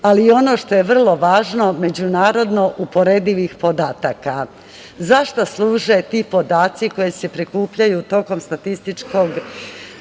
ali i ono što je vrlo važno, međunarodno uporedivih podataka. Zašta služe ti podaci koji se prikupljaju tokom popisa,